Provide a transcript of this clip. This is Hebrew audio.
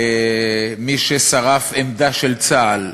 מי ששרף עמדה של צה"ל,